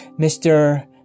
Mr